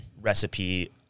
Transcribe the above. recipe